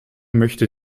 möchte